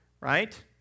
right